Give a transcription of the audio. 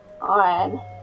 on